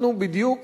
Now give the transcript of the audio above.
אנחנו בדיוק